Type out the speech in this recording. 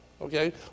okay